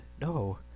No